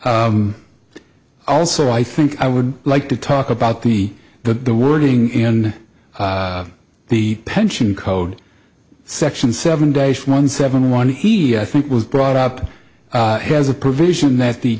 also i think i would like to talk about the but the wording in the pension code section seven days one seven one he i think was brought up has a provision that the